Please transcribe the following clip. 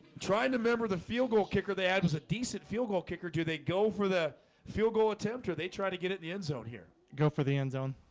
trying to remember the field goal kicker they had was a decent field goal kicker do they go for the field goal attempt or they they try to get at the end zone here go for the end zone